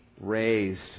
raised